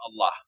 Allah